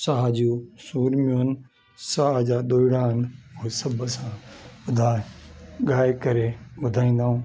साह जो सुर्मियुनि साह जा दुहिड़ान हिसाब सां ॿुधाए ॻाए करे ॿुधाईंदाऊं